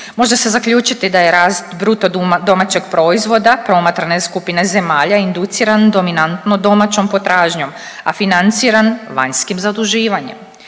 Može se zaključiti da je rast bruto domaćeg proizvoda promatrane skupine zemalja induciran dominantno domaćom potražnjom, a financiran vanjskim zaduživanjem.